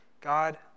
God